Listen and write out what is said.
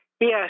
Yes